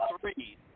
three